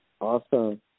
Awesome